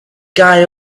guy